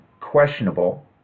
questionable